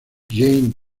jane